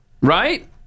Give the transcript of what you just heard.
Right